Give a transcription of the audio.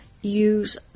use